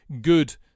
good